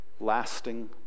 lasting